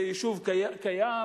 זה יישוב קיים,